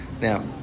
now